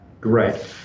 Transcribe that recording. Great